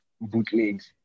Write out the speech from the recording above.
bootlegs